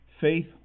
Faith